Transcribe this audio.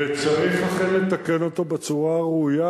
וצריך אכן לתקן אותו בצורה הראויה,